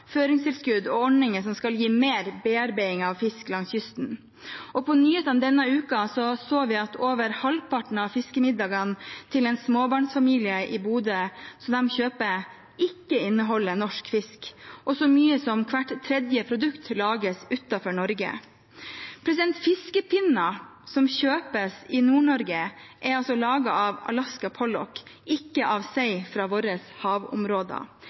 føringstilskudd og ordninger som skal gi mer bearbeiding av fisk langs kysten. På nyhetene denne uken så vi at over halvparten av fiskemiddagene som en småbarnsfamilie i Bodø kjøper, ikke inneholder norsk fisk, og så mye som hvert tredje produkt lages utenfor Norge. Fiskepinner som kjøpes i Nord-Norge, er laget av Alaska pollock – ikke av sei fra våre havområder.